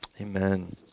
Amen